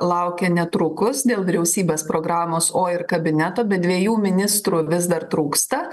laukia netrukus dėl vyriausybės programos o ir kabineto bet dviejų ministrų vis dar trūksta